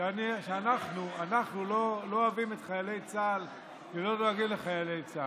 שאנחנו לא אוהבים את חיילי צה"ל ולא דואגים לחיילי צה"ל.